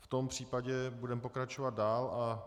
V tom případě budeme pokračovat dál.